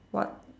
what